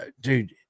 dude